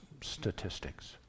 statistics